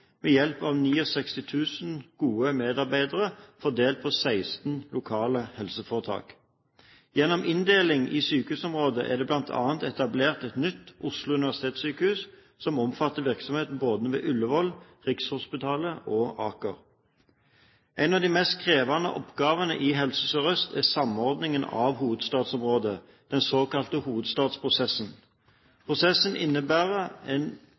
hjelp av 69 000 gode medarbeidere, fordelt på 16 lokale helseforetak. Gjennom inndeling i sykehusområder er det bl.a. etablert et nytt Oslo universitetssykehus, som omfatter virksomheten både ved Ullevål, Rikshospitalet og Aker. En av de mest krevende oppgavene i Helse Sør-Øst er samordningen av hovedstadsområdet – den såkalte hovedstadsprosessen. Prosessen innebærer en